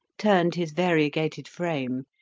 turned his variegated frame,